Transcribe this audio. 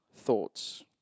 thoughts